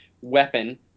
weapon